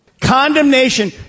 Condemnation